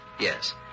Yes